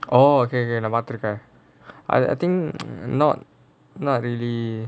oh okay okay okay the master card I I think not really